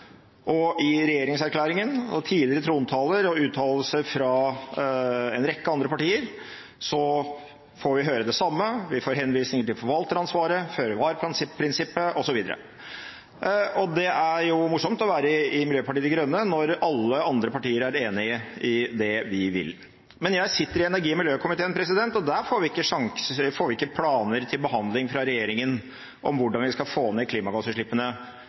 forpliktelser. I regjeringserklæringen og tidligere trontaler og uttalelser fra en rekke andre partier får vi høre det samme – vi får henvisninger til forvalteransvaret, føre-var-prinsippet osv. Det er jo morsomt å være i Miljøpartiet De Grønne når alle andre partier er enige i det vi vil. Men jeg sitter i energi- og miljøkomiteen, og der får vi ikke planer til behandling fra regjeringen om hvordan vi skal få ned klimagassutslippene